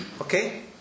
Okay